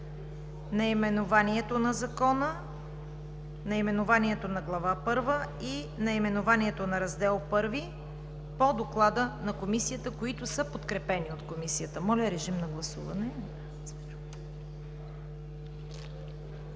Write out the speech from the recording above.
наименованието на Закона, наименованието на Глава първа и наименованието на Раздел I по Доклада на Комисията, които са подкрепени от Комисията. Гласували